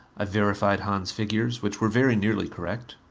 i verified hahn's figures, which were very nearly correct.